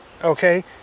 okay